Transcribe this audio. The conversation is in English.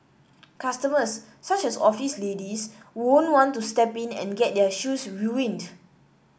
customers such as office ladies won't want to step in and get their shoes ruined